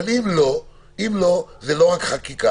אבל אם לא, זו לא רק חקיקה.